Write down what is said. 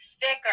thicker